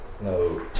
no